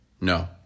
No